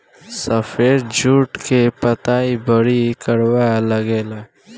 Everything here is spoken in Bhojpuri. सफेद जुट के पतई बड़ी करवा लागेला